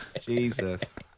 Jesus